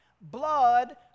blood